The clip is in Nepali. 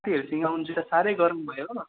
त्योहरूसँग हुन्छ साह्रै गरम भयो हो